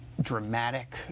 dramatic